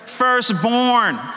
Firstborn